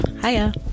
Hiya